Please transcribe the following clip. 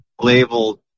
labeled